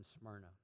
Smyrna